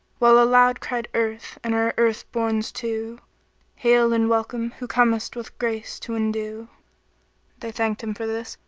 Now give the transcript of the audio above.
while aloud cried earth and her earth-borns too hail and welcome who comest with grace to endue they thanked him for this,